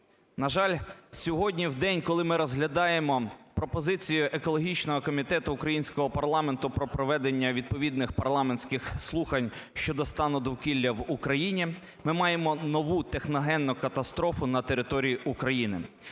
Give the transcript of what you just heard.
На жаль, сьогодні вдень, коли ми розглядаємо пропозицію екологічного комітету українського парламенту про проведення відповідних парламентських слухань щодо стану довкілля в Україні, ми маємо нову техногенну катастрофу на території України.